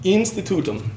Institutum